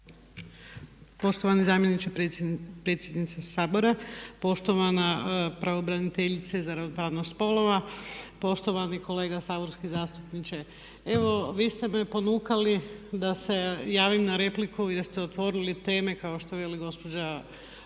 Poštovani zamjeniče predsjednika Sabora, poštovana pravobraniteljice za ravnopravnost spolova, poštovani kolega saborski zastupniče, evo vi ste me ponukali da se javim na repliku jer ste otvorili teme kao što veli gospođa